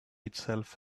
itself